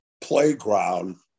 playground